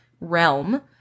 realm